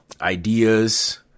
ideas